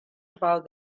about